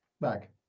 Back